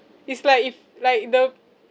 it's like if like the